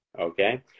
Okay